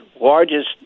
largest